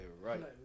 right